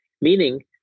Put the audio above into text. meaning